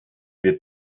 wird